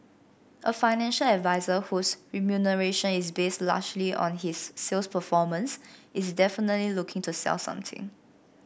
a financial advisor whose remuneration is based largely on his sales performance is definitely looking to sell something